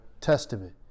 testament